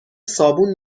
صابون